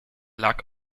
lag